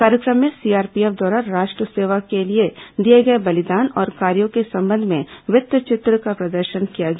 कार्यक्रम में सीआरपीएफ द्वारा राष्ट्र सेवा के लिए दिए गए बलिदान और कार्यो के संबंध में वित्त चित्र का प्रदर्शन किया गया